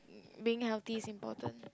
being healthy is important